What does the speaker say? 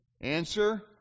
Answer